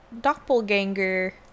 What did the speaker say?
doppelganger